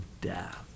death